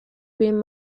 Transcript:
been